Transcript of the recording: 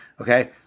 Okay